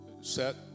set